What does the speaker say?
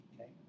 Okay